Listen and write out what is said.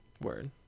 Word